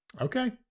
Okay